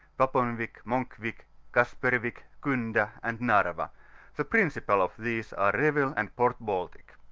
paponwick, monkwick, kasperwick, kunda, and narva the principal of these are revel and port baltic.